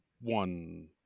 one